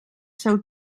seu